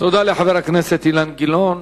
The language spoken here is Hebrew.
תודה לחבר הכנסת אילן גילאון.